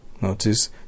Notice